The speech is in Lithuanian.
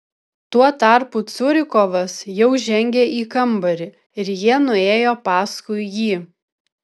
tuo tarpu curikovas jau žengė į kambarį ir jie nuėjo paskui jį